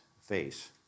face